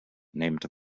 named